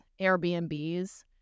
Airbnbs